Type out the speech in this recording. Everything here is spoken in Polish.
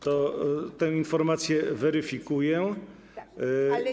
To tę informację weryfikuję.